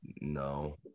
No